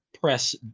press